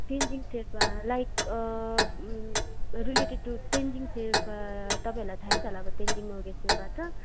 Tenzing Sherpa like related to Tenzing Sherpa तपाईँहरूलाई थाहै छ होला अब तेन्जिङ नर्गे सेर्पा त